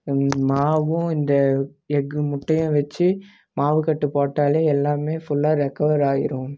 மாவும் இந்த எக்கு முட்டையும் வச்சு மாவுக்கட்டு போட்டாலே எல்லாமே ஃபுல்லாக ரெக்கவர் ஆயிடும்